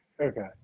okay